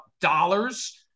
dollars